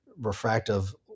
refractive